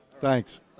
Thanks